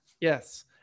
Yes